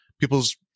people's